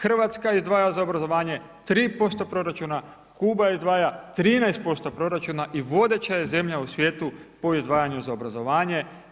Hrvatska izdvaja za obrazovanje 3% proračuna, Kuba izdvaja 13% proračuna i vodeća je zemlja u svijetu po izdvajanju za obrazovanje.